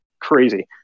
crazy